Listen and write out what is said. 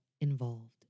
involved